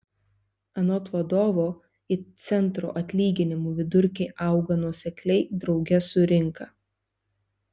anot vadovo it centro atlyginimų vidurkiai auga nuosekliai drauge su rinka